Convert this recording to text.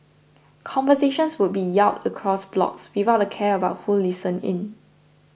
conversations would be yelled across blocks without a care about who listened in